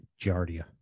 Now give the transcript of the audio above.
Giardia